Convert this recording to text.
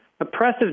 Oppressive